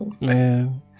man